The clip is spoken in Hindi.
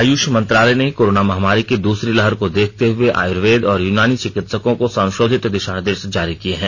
आयुष मंत्रालय ने कोरोना महामारी की दूसरी लहर को देखते हुए आयुर्वेद और यूनानी चिकित्सकों को संशोधित दिशा निर्देश जारी किए हैं